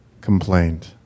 complained